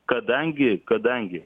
kadangi kadangi